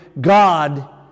God